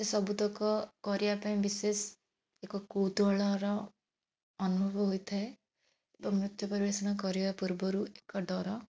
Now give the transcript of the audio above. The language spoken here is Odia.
ଏସବୁତକ କରିବା ପାଇଁ ବିଶେଷ ଏକ କୌତୁହଳର ଅନୁଭବ ହୋଇଥାଏ ତ ନୃତ୍ୟ ପରିବେଷଣ କରିବା ପୂର୍ବରୁ ଏକ ଡର